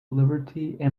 liberty